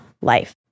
life